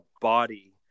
body